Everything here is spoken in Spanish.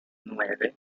nueve